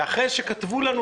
ואחרי שכתבו לנו,